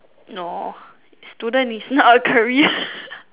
no student is not a career